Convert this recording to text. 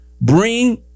bring